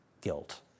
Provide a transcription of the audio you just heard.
guilt